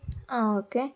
ആ ഓക്കേ